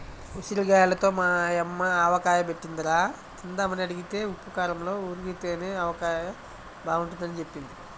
ఉసిరిగాయలతో మా యమ్మ ఆవకాయ బెట్టిందిరా, తిందామని అడిగితే ఉప్పూ కారంలో ఊరితేనే ఆవకాయ బాగుంటదని జెప్పింది